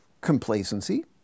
complacency